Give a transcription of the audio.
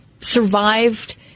Survived